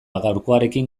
gaurkoarekin